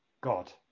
God